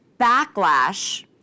backlash